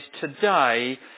today